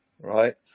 right